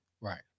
Right